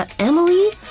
ah emily?